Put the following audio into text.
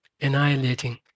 annihilating